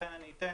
לכן אתן